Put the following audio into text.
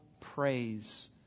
praise